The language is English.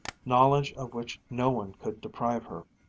knowledge of which no one could deprive her.